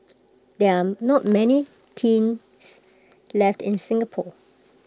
there are not many kilns left in Singapore